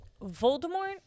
Voldemort